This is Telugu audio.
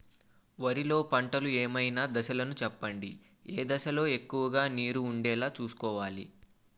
వరిలో పంటలు ఏమైన దశ లను చెప్పండి? ఏ దశ లొ ఎక్కువుగా నీరు వుండేలా చుస్కోవలి?